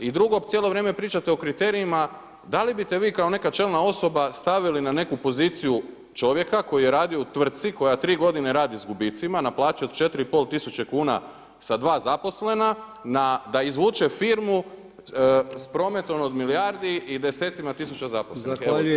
I drugo, cijelo vrijeme pričate o kriterijima, da li biste vi, kao neka čelna osoba stavili na neku poziciju čovjeka koji je radio u tvrtki, koja 3 g. radi s gubicima, na plaću od 4500 kn sa 2 zaposlena, da izvuče firmu, s prometnom od milijardi i desecima tisuća zaposlenih.